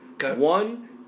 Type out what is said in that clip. One –